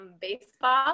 baseball